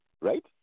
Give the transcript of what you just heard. right